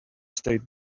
state